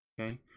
Okay